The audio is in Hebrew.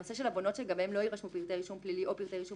הנושא של עוונות שגם עליהם לא יירשמו פרטי רישום פלילי או פרטי רישום